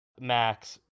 Max